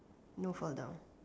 no fall down